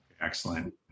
Excellent